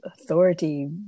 authority